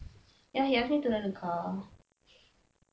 ya ya I need to drive a car